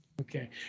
Okay